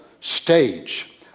stage